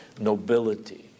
nobility